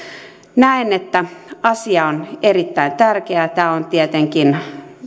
näen että asia on erittäin tärkeä ja tämä on tietenkin